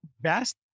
best